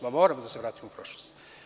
Pa, moramo da se vraćamo u prošlost.